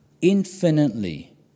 infinitely